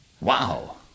Wow